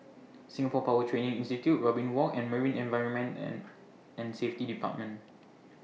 Singapore Power Training Institute Robin Walk and Marine Environment and and Safety department